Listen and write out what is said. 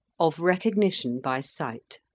of recognition by sight.